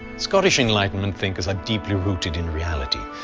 scottish enlightenment thinkers are deeply rooted in reality.